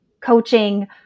coaching